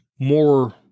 more